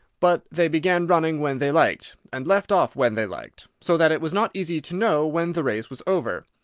but they began running when they liked, and left off when they liked, so that it was not easy to know when the race was over.